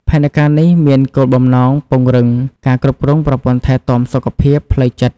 ផែនការនេះមានគោលបំណងពង្រឹងការគ្រប់គ្រងប្រព័ន្ធថែទាំសុខភាពផ្លូវចិត្ត។